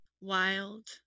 wild